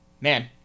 Man